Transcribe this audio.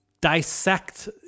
dissect